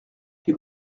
les